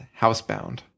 Housebound